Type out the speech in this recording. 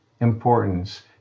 importance